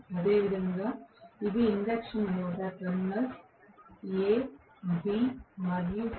అదేవిధంగా ఇవి induction motor terminals a b మరియు c